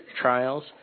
trials